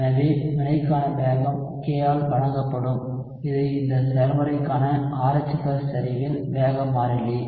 எனவே வினைக்கான வேகம் k ஆல் வழங்கப்படும் இது இந்த செயல்முறைக்கான RH செறிவின் வேக மாறிலி